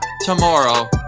tomorrow